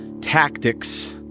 tactics